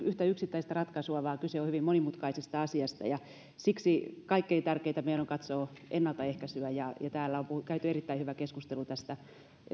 yhtä yksittäistä ratkaisua vaan kyse on hyvin monimutkaisesta asiasta ja siksi kaikkein tärkeintä meidän on katsoa ennaltaehkäisyä täällä on käyty erittäin hyvä keskustelu esimerkiksi